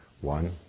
One